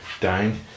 dying